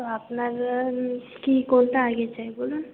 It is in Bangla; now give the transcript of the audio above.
তো আপনার কী কোনটা আগে চাই বলুন